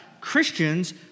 Christians